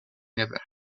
never